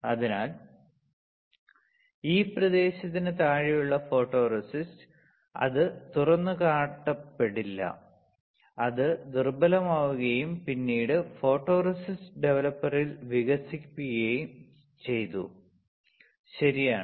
അതിനാൽ ഈ പ്രദേശത്തിന് താഴെയുള്ള ഫോട്ടോറെസിസ്റ്റ് അത് തുറന്നുകാട്ടപ്പെടില്ല അത് ദുർബലമാവുകയും പിന്നീട് ഫോട്ടോറെസിസ്റ്റ് ഡവലപ്പറിൽ വികസിക്കുകയും ചെയ്തു ശരിയാണ്